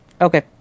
Okay